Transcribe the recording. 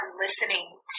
listening